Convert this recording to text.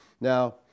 Now